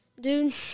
Dude